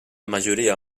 majoria